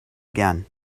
again